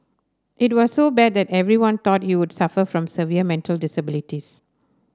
it was so bad that everyone thought he would suffer from severe mental disabilities